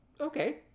okay